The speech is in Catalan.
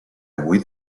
avui